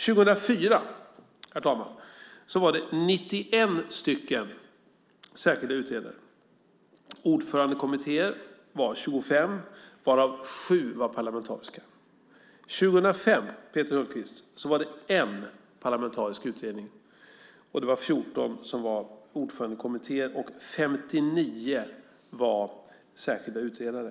År 2004 var det 91 särskilda utredare. Antalet ordförandekommittéer var 25, varav sju var parlamentariska. 2005 var det en parlamentarisk utredning, 14 ordförandekommittéer och 59 särskilda utredare.